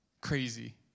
crazy